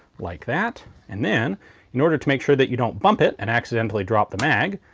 like that and then in order to make sure that you don't bump it and accidentally drop the mag,